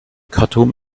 khartum